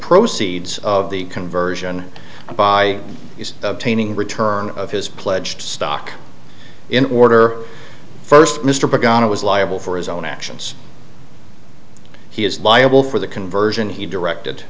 proceeds of the conversion by obtaining return of his pledged stock in order first mr berg and it was liable for his own actions he is liable for the conversion he directed